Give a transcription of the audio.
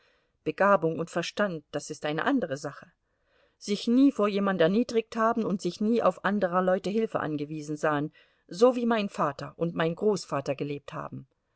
begabung und verstand das ist eine andere sache sich nie vor jemand erniedrigt haben und sich nie auf anderer leute hilfe angewiesen sahen so wie mein vater und mein großvater gelebt haben